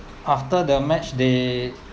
after the match they